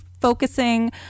focusing